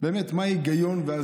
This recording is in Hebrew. מה ההיגיון.